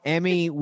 Emmy